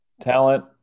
talent